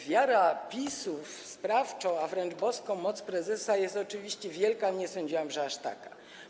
Wiara PiS-u w sprawczą, a wręcz boską moc prezesa jest oczywiście wielka, ale nie sądziłam, że aż taka.